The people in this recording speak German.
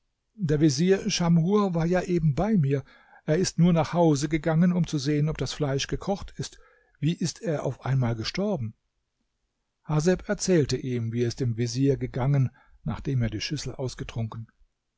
der vezier schamhur war ja eben bei mir er ist nur nach hause gegangen um zu sehen ob das fleisch gekocht ist wie ist er auf einmal gestorben haseb erzählte ihm wie es dem vezier gegangen nachdem er die schüssel ausgetrunken